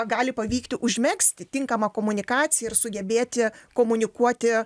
gali pavykti užmegzti tinkamą komunikaciją ir sugebėti komunikuoti